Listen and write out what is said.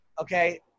okay